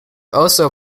also